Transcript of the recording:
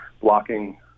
blocking